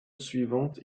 suivante